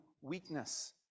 weakness